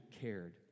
cared